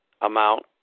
amount